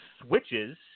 switches